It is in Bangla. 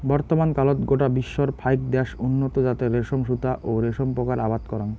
বর্তমানকালত গোটা বিশ্বর ফাইক দ্যাশ উন্নত জাতের রেশম সুতা ও রেশম পোকার আবাদ করাং